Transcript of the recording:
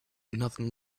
nothing